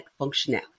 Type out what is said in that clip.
functionality